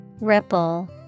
Ripple